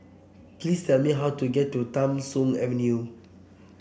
please tell me how to get to Tham Soong Avenue